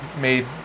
made